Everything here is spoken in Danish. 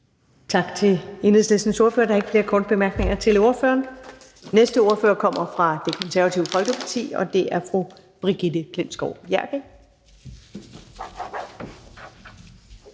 Tak til Enhedslistens ordfører. Der er ingen korte bemærkninger til ordføreren. Den næste ordfører er fra Det Konservative Folkeparti, og det er hr. Naser Khader.